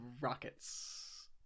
rockets